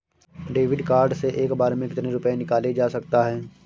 David card से एक बार में कितनी रूपए निकाले जा सकता है?